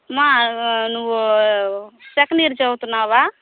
అమా నువ్వూ second year చదువుతున్నావా